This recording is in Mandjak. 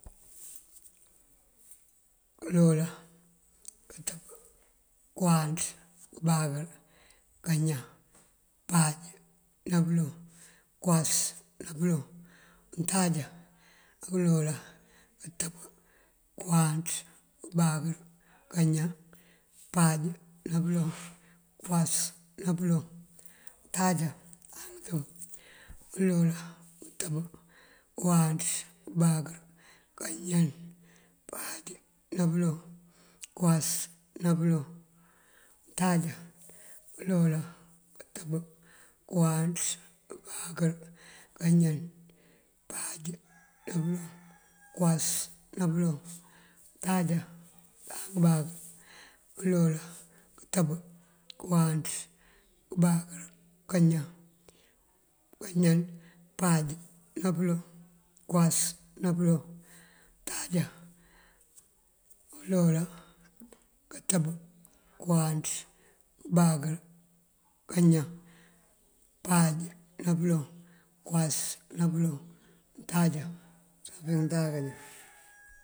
Pёloolan, kёtёb, kёwáanţ, kёbáakёr, kañan, páaj ná pёloŋ, kёwas ná pёloŋ, untáajá ná pёloolan, kёtёb, kёwáanţ, kёbáakёr, kañan, páaj ná pёloŋ, kёwas ná pёloŋ, untáajá, untáajá ngëtёb, pёloolan, kёtёb, kёwáanţ, kёbáakёr, kañan, páaj ná pёloŋ, kёwas ná pёloŋ, untáajá. Pёloolan, kёtёb, kёwáanţ, kёbáakёr, kañan, páaj ná pёloŋ, kёwas ná pёloŋ, untáajá, untáajá ngëbáakёr, pёloolan, kёtёb, kёwáanţ, kёbáakёr, kañan, páaj ná pёloŋ, kёwas ná pёloŋ, untáajá, uloolan, kёtёb, kёwáanţ, kёbáakёr, kañan, páaj ná pёloŋ, kёwas ná pёloŋ, untáajá, yunk áa kañan.